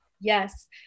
Yes